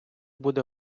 буде